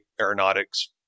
aeronautics